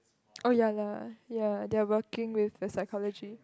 oh ya lah ya they are working with the psychology